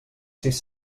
sis